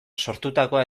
sortutakoa